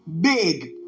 big